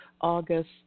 August